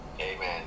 Amen